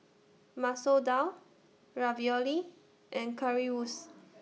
Masoor Dal Ravioli and Currywurst